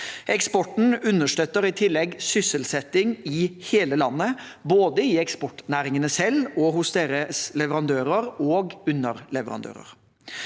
Eksporten understøtter i tillegg sysselsetting i hele landet, både i eksportnæringene selv og hos deres leverandører og underleverandører.